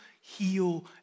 heal